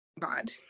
Bad